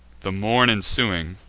the morn ensuing,